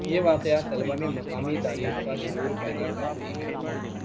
یہ واقعات طلبا میں مقامی تاریخ کا شعور پیدا کرتے ہیں